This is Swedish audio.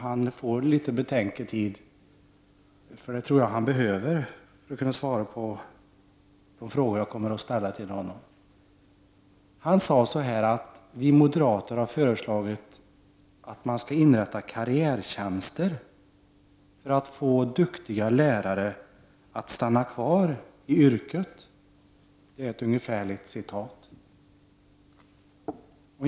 Han får då litet betänketid, och det tror jag han behöver för att kunna svara på de frågor som jag kommer att ställa till honom. Birger Hagård sade ungefär följande: Vi moderater har föreslagit att man skall inrätta karriärtjänster för att få duktiga lärare att stanna kvar i yrket.